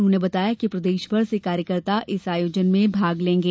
उन्होंने बताया कि प्रदेशभर से कार्यकर्ता इस आयोजन में भाग लेंगे